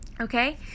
okay